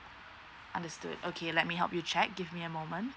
understood okay let me help you check give me a moment